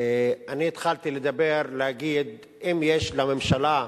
אני התחלתי לדבר, להגיד, אם יש לממשלה,